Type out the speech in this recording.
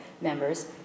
members